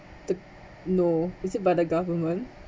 the no is it by the government